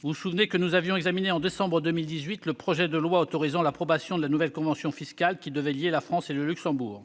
Vous vous souvenez que nous avions examiné au mois de décembre 2018 le projet de loi autorisant l'approbation de la nouvelle convention fiscale qui devait lier la France et le Luxembourg.